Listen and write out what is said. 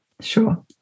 Sure